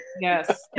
yes